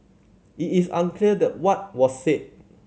it is unclear the what was said